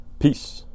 Peace